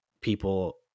people